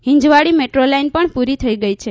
Hinjewadi metro line પણ પૂરી થઈ ગઈ છે